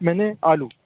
आलू